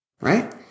Right